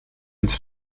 ins